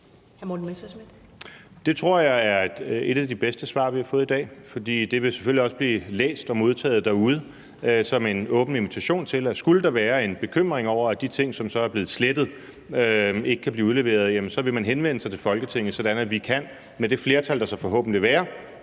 Det tror jeg er et af de bedste svar, vi har fået i dag. For det vil selvfølgelig også blive læst og modtaget derude som en åben invitation til, at skulle der være en bekymring over, at de ting, som så er blevet slettet, ikke kan blive udleveret, så vil man henvende sig til Folketinget, sådan at vi med det flertal, der så forhåbentlig vil